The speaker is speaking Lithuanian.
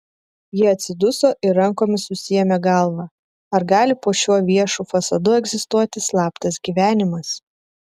ji atsiduso ir rankomis susiėmė galvą ar gali po šiuo viešu fasadu egzistuoti slaptas gyvenimas